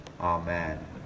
amen